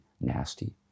nasty